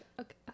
okay